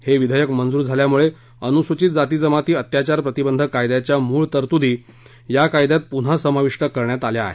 हे विधेयक मंजूर झाल्यामुळे अनुसूचित जाती जमाती अत्याचार प्रतिबंधक कायद्याच्या मूळ तरतूदी या कायद्यात पुन्हा समाविष्ट करण्यात आल्या आहेत